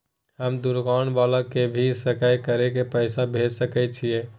हम दुकान वाला के भी सकय कर के पैसा भेज सके छीयै?